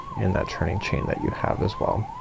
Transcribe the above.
in that turning chain that you have as well.